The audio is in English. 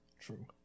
True